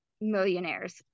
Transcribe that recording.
millionaires